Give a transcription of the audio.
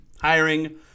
hiring